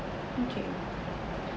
okay